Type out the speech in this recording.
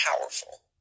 powerful